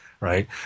right